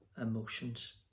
emotions